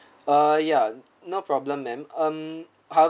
uh yeah no problem ma'am um however